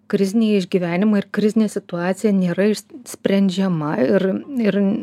kriziniai išgyvenimai ir krizinė situacija nėra sprendžiama ir ir